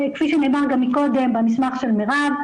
כפי שנאמר גם מקודם במסמך של מירב,